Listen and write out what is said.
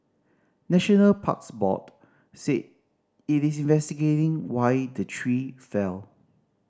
National Parks Board said it is investigating why the tree fell